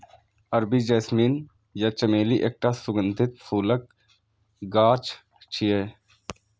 अरबी जैस्मीन या चमेली एकटा सुगंधित फूलक गाछ छियै